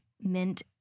mint